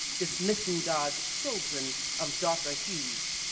dismissing god's children of darker hues,